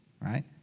right